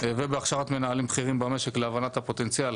ובהכשרת מנהלים בכירים במשק להבנת הפוטנציאל